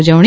ઉજવણી